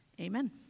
Amen